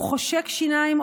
הוא חושק שיניים,